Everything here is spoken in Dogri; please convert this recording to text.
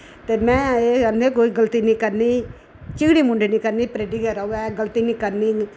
ते में कोई गलती निं करनी चिगड़ी मुंडी निं करनी ट्रेडी गै रोवै गलती निं करनी